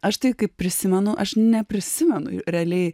aš tai kaip prisimenu aš neprisimenu realiai